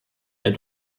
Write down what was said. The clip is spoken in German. der